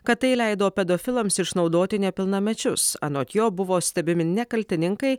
kad tai leido pedofilams išnaudoti nepilnamečius anot jo buvo stebimi ne kaltininkai